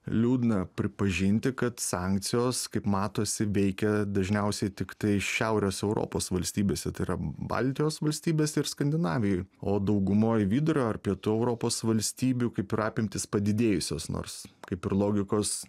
liūdna pripažinti kad sankcijos kaip matosi veikia dažniausiai tiktai šiaurės europos valstybėse tai yra baltijos valstybės ir skandinavijoj o daugumoj vidurio ar pietų europos valstybių kaip ir apimtys padidėjusios nors kaip ir logikos